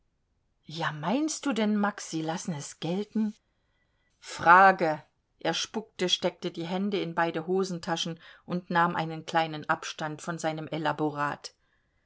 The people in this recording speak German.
ja meinst du denn max sie lassen es gelten frage er spuckte steckte die hände in beide hosentaschen und nahm einen kleinen abstand von seinem elaborat